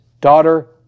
daughter